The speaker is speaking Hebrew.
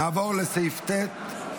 נעבור לסעיף ט'.